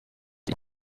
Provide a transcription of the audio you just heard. cyo